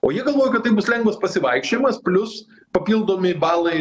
o jie galvoja kad tai bus lengvas pasivaikščiojimas plius papildomi balai